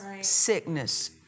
sickness